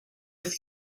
thief